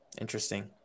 Interesting